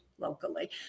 locally